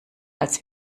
als